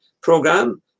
program